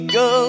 go